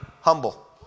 Humble